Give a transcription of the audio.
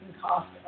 cost